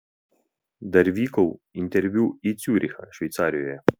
dar vykau interviu į ciurichą šveicarijoje